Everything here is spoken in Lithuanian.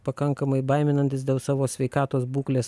pakankamai baiminantis dėl savo sveikatos būklės